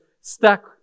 stuck